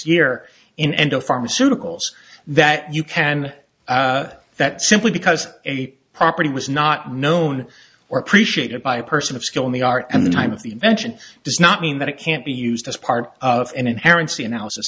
year in end of pharmaceuticals that you can that simply because a property was not known or appreciated by a person of skill in the art and the time of the invention does not mean that it can't be used as part of an inherent c analysis